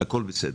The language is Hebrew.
והכול בסדר.